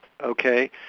Okay